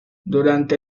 durante